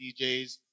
DJs